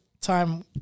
time